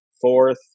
fourth